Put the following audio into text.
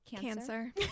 cancer